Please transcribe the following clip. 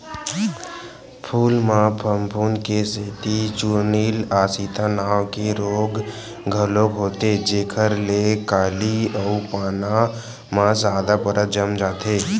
फूल म फफूंद के सेती चूर्निल आसिता नांव के रोग घलोक होथे जेखर ले कली अउ पाना म सादा परत जम जाथे